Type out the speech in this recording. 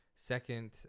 second